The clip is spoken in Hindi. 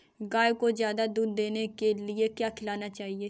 गाय को ज्यादा दूध देने के लिए क्या खिलाना चाहिए?